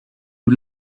you